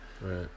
Right